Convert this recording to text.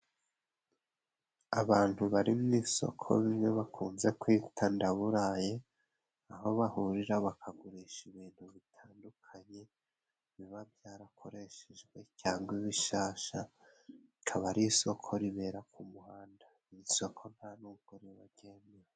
Abantu bari mu isoko rimwe bakunze, kwita ndaburayi aho bahurira bakagurisha ibintu bitandukanye, biba byarakoreshejwe cyangwa, ibishasha bikaba ari isoko ribera ku muhanda, irisoko nta nubwo ribagenda.